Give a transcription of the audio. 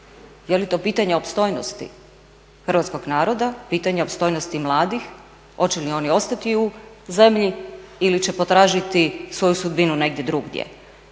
Je li to pitanje opstojnosti hrvatskog naroda, pitanje opstojnosti mladih hoće li oni ostati u zemlji ili će potražiti svoju sudbinu negdje drugdje?